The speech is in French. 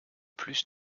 plus